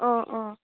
অ অ